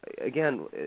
again